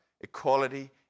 equality